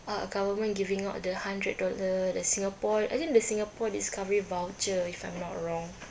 uh government giving out the hundred dollar the singapore I think the singapore discovery voucher if I'm not wrong